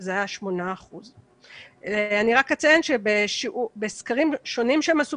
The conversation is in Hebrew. וזה היה 8%. אני רק אציין שבסקרים שונים שהם עשו,